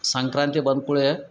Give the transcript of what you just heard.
ಸಂಕ್ರಾಂತಿ ಬಂದ ಕೂಳೆ